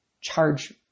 charge